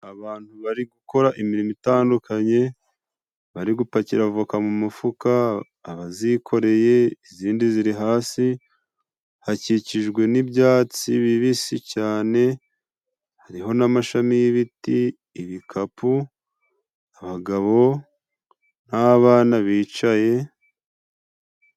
Abantu bari gukora imirimo itandukanye bari gupakira avoka mu mufuka abazikoreye izindi ziri hasi, hakikijwe n'ibyatsi bibisi cyane hariho n'amashami y'ibiti ibikapu abagabo n'abana bicaye.